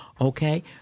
Okay